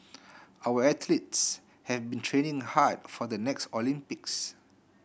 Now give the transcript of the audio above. our athletes have been training hard for the next Olympics